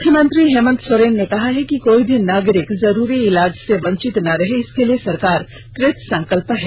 मुख्यमंत्री हेमंत सोरेन ने कहा है कि कोई भी नागरिक जरूरी ईलाज से वंचित ना रहे इसके लिए सरकार कृतसंकल्पित है